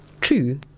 true